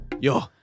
Yo